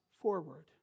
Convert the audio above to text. forward